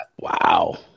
Wow